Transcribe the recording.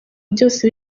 byose